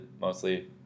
mostly